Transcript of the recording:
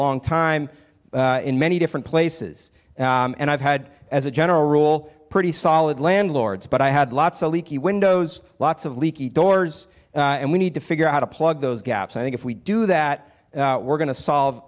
long time in many different places and i've had as a general rule pretty solid landlords but i had lots of leaky windows lots of leaky doors and we need to figure out a plug those gaps i think if we do that we're going to solve